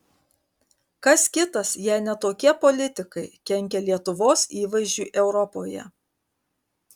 kas kitas jei ne tokie politikai kenkia lietuvos įvaizdžiui europoje